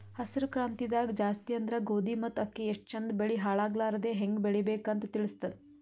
ಹಸ್ರ್ ಕ್ರಾಂತಿದಾಗ್ ಜಾಸ್ತಿ ಅಂದ್ರ ಗೋಧಿ ಮತ್ತ್ ಅಕ್ಕಿ ಎಷ್ಟ್ ಚಂದ್ ಬೆಳಿ ಹಾಳಾಗಲಾರದೆ ಹೆಂಗ್ ಬೆಳಿಬೇಕ್ ಅಂತ್ ತಿಳಸ್ತದ್